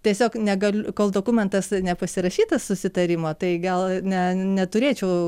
tiesiog nega kol dokumentas nepasirašytas susitarimo tai gal ne neturėčiau